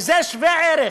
וזה שווה ערך,